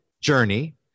journey